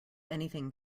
anything